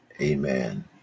amen